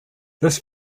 this